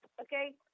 Okay